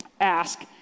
ask